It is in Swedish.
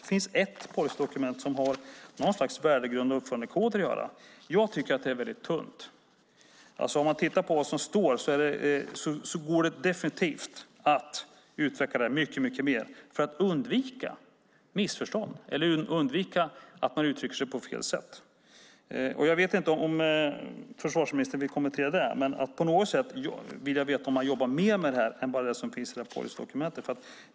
Det finns ett policydokument som har med värdegrunder och uppförandekoder att göra, och jag tycker att det är väldigt tunt när jag tittar på vad som står där. Det går definitivt att utveckla det mycket mer, för att undvika missförstånd eller undvika att man uttrycker sig på fel sätt. Jag vet inte om försvarsministern vill kommentera det, men jag vill veta om man jobbar mer med det här än bara det som finns i policydokumentet.